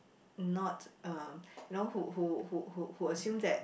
not um you know who who who who who assume that